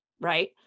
right